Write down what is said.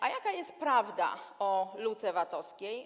A jaka jest prawda o luce VAT-owskiej?